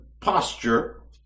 posture